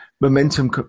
momentum